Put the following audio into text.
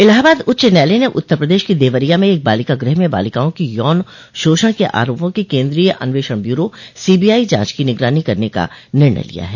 इलाहाबाद उच्च न्यायालय ने उत्तर प्रदेश के देवरिया में एक बालिका गृह में बालिकाओं के यौन शोषण के आरापों की केंद्रीय अन्वेषण ब्यूरो सीबीआई जांच की निगरानी करने का निर्णय लिया है